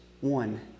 One